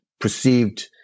Perceived